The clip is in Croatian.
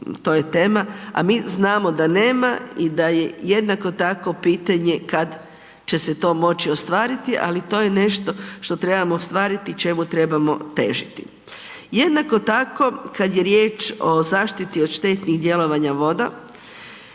to je tema, a mi znamo da nema i da je jednako tako pitanje kad će se to moći ostvariti, ali to je nešto što trebamo ostvariti i čemu trebamo težiti. Jednako tako kad je riječ o zaštiti od štetnih djelovanja voda,